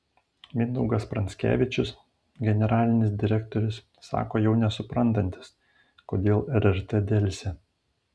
mindaugas pranskevičius generalinis direktorius sako jau nesuprantantis kodėl rrt delsia